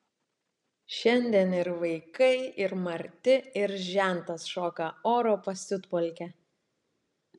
šiandien ir vaikai ir marti ir žentas šoka oro pasiutpolkę